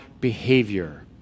behavior